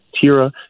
Tira